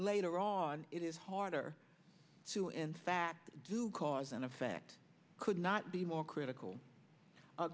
later on it is harder to in fact do cause and effect could not be more critical